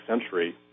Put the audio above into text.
century